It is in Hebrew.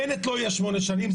בנט לא יהיה שמונה שנים.